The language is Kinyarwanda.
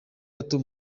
bato